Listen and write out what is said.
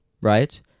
right